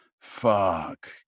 fuck